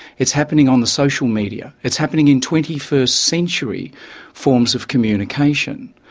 it's happening on the social media it's happening in twenty first century forms of communication.